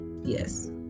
yes